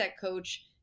coach